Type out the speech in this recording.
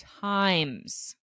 times